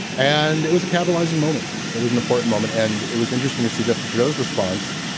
and it was a catalyzing moment. it was an important moment and it was interesting to see justin trudeau's response.